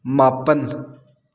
ꯃꯥꯄꯟ